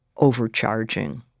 overcharging